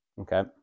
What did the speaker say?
Okay